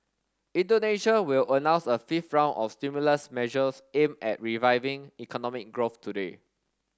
Indonesia will announce a fifth round of stimulus measures aimed at reviving economic growth today